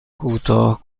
کوتاه